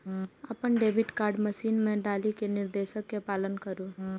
अपन debit card machine मे डालि कें निर्देश के पालन करु